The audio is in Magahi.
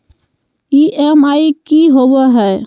ई.एम.आई की होवे है?